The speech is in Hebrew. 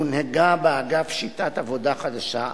הונהגה באגף שיטת עבודה חדשה,